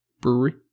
Brewery